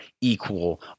equal